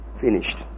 finished